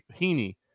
Heaney